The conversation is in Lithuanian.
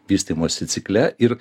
vystymosi cikle ir